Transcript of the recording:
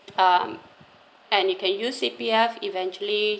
um and you can use C_P_F eventually